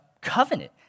covenant